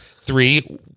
Three